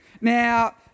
Now